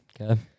Okay